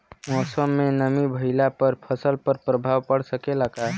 मौसम में नमी भइला पर फसल पर प्रभाव पड़ सकेला का?